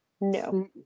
No